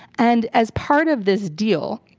and as part of this deal,